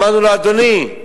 אמרנו לו: אדוני,